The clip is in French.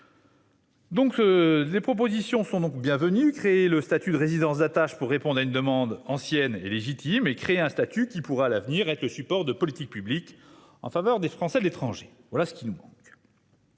dans ce texte sont bienvenues : créer le statut de résidence d'attache pour répondre à une demande ancienne et légitime et créer un statut qui pourrait à l'avenir servir de support de politiques publiques en faveur des Français de l'étranger. Voilà ce qui nous manque.